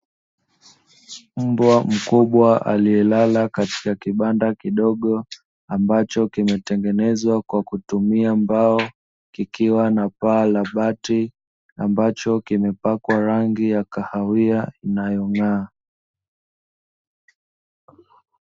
Mbwa mkubwa aliyelala katika kibanda kidogo, ambacho kimetangenezwa kwa kutumia mbao, kikiwa na paa la bati, ambacho kimepakwa rangi ya kahawia inayong'aa.